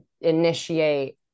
initiate